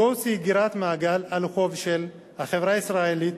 זוהי סגירת מעגל על חוב של החברה הישראלית